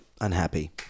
Unhappy